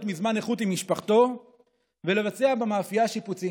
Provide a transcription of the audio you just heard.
מזמן איכות עם משפחתו ולבצע במאפייה שיפוצים.